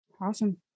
Awesome